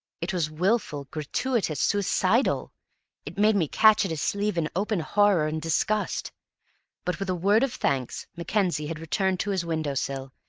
it was wilful, gratuitous, suicidal it made me catch at his sleeve in open horror and disgust but, with a word of thanks, mackenzie had returned to his window-sill,